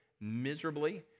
miserably